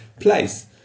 place